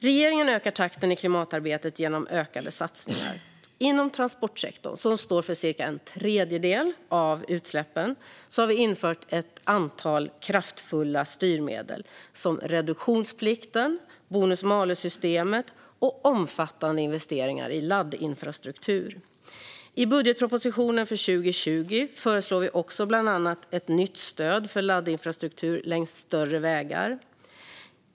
Regeringen ökar takten i klimatarbetet genom ökade satsningar. Inom transportsektorn, som står för cirka en tredjedel av utsläppen, har vi infört ett antal kraftfulla styrmedel som reduktionsplikten och bonus-malus-systemet och gjort omfattande investeringar i laddinfrastruktur. I budgetpropositionen för 2020 föreslår vi också bland annat ett nytt stöd för laddinfrastruktur längs större vägar.